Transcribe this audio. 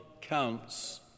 counts